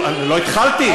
אני לא התחלתי.